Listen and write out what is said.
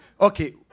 Okay